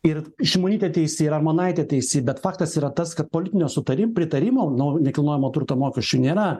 ir šimonytė teisi ir armonaitė teisi bet faktas yra tas kad politinio sutari pritarimo no nekilnojamo turto mokesčiui nėra